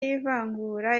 y’ivangura